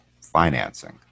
financing